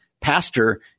Pastor